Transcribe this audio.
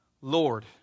Lord